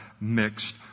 mixed